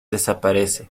desaparece